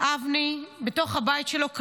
אבני בתוך הבית שלו.